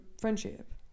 friendship